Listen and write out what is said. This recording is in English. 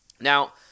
Now